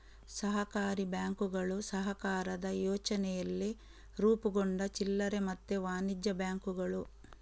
ಸಹಕಾರಿ ಬ್ಯಾಂಕುಗಳು ಸಹಕಾರದ ಯೋಚನೆಯಲ್ಲಿ ರೂಪುಗೊಂಡ ಚಿಲ್ಲರೆ ಮತ್ತೆ ವಾಣಿಜ್ಯ ಬ್ಯಾಂಕುಗಳು